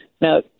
Now